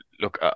look